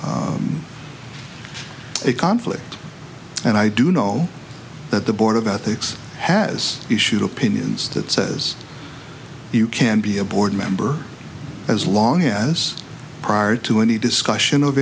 a conflict and i do know that the board of ethics has issued opinions that says you can be a board member as long as prior to any discussion of